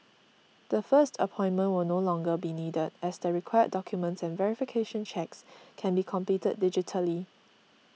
the first appointment will no longer be needed as the required documents and verification checks can be completed digitally